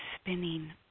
spinning